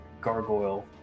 gargoyle